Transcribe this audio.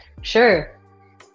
sure